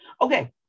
Okay